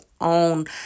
own